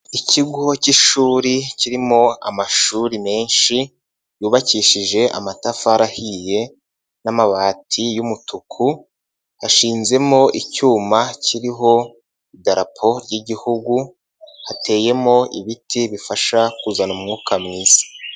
Ikigo cy'ishuri kirimo amashuri menshi yubakishije amatafari ahiye n'amabati y'umutuku hashizemo icyuma kiriho idarapo ry'igihugu, hateyemo ibiti bifasha kuzana umwuka mwiza.